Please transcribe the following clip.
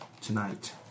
tonight